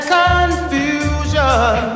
confusion